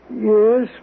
Yes